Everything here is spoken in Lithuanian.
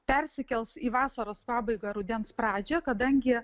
persikels į vasaros pabaigą rudens pradžią kadangi